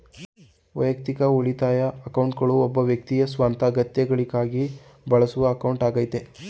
ವೈಯಕ್ತಿಕ ಉಳಿತಾಯ ಅಕೌಂಟ್ಗಳು ಒಬ್ಬ ವ್ಯಕ್ತಿಯ ಸ್ವಂತ ಅಗತ್ಯಗಳಿಗಾಗಿ ಬಳಸುವ ಅಕೌಂಟ್ ಆಗೈತೆ